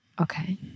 Okay